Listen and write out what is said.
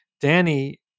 Danny